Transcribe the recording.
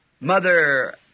mother